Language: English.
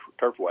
Turfway